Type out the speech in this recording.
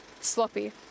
Sloppy